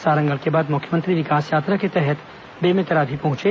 सारंगढ़ के बाद मुख्यमंत्री विकास यात्रा के तहत बेमेतरा भी पहुंचे